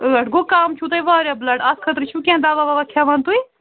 ٲٹھ گوٚو کم چھُو تۄہہِ واریاہ بُلڈ اتھ خٲطرٕ چھُو دوا وواہ کھٮ۪وان تُہۍ